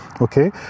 Okay